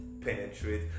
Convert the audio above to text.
Penetrate